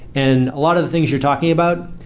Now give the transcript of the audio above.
and a lot of the things you're talking about,